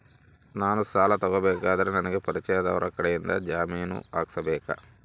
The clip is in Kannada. ನಾನು ಸಾಲ ತಗೋಬೇಕಾದರೆ ನನಗ ಪರಿಚಯದವರ ಕಡೆಯಿಂದ ಜಾಮೇನು ಹಾಕಿಸಬೇಕಾ?